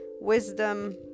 wisdom